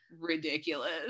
ridiculous